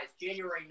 January